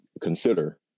consider